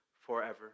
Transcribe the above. forever